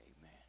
Amen